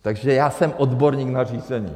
Takže já jsem odborník na řízení.